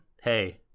hey